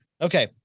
Okay